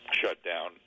shutdown